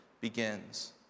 begins